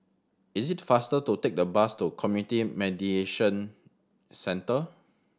is it faster to take the bus to Community Mediation Centre